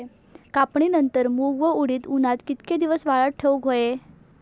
कापणीनंतर मूग व उडीद उन्हात कितके दिवस वाळवत ठेवूक व्हये?